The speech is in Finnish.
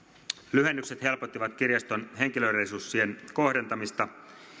lyhennykset helpottivat kirjaston henkilöresurssien kohdentamista